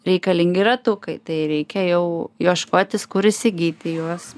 reikalingi ratukai tai reikia jau ieškotis kur įsigyti juos